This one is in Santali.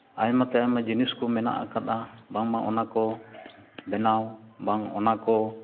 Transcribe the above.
ᱟᱭᱢᱟ ᱛᱮ ᱟᱭᱢᱟ ᱡᱤᱱᱤᱥ ᱠᱚ ᱢᱮᱱᱟᱜ ᱟᱠᱟᱫᱼᱟ ᱵᱟᱝᱢᱟ ᱚᱱᱟ ᱠᱚ ᱵᱮᱱᱟᱣ ᱵᱟᱝ ᱚᱱᱟᱠᱚ